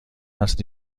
است